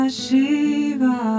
Shiva